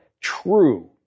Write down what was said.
true